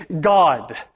God